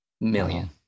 million